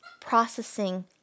processing